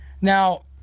Now